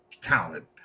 talent